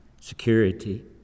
security